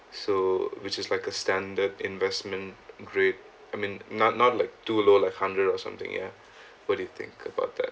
so which is like a standard investment grade I mean not not like too low like hundred or something ya what do you think about that